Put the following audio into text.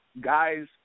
guys